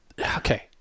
okay